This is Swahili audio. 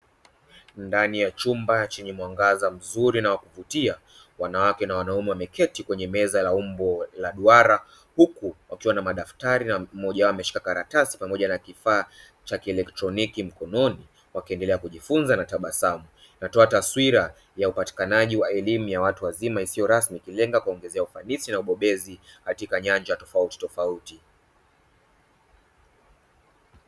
Ndani ya chumba chenye mwangaza mzuri na wa kuvutia wanawake na wanaume wameketi kwenye meza la umbo la duara. Huku wakiwa pamoja na madaftari na mmoja wao ameshika karatasi na kifaa cha kieletroniki mkononi wakiendelea kujifunza, na tabasamu inatoa taswira ya upatikanaji wa elimu ya watu wazima isiyo rasmi ikilenga kuwaongezea ufanisi na ubobezi katika nyanja tofautitofauti.